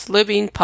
Living